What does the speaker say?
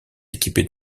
équipés